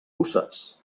puces